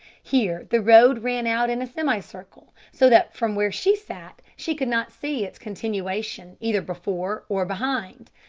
here the road ran out in a semi-circle so that from where she sat she could not see its continuation either before or behind.